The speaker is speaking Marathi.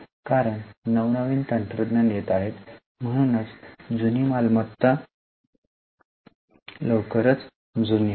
कारण नव नवीन तंत्रज्ञान येत आहेत म्हणूनच जुनी मालमत्ता लवकरच जुनी होते